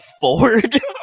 Ford